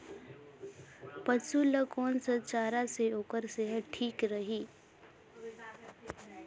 पशु ला कोन स चारा से ओकर सेहत ठीक रही?